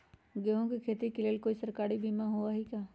गेंहू के खेती के लेल कोइ सरकारी बीमा होईअ का?